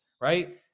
right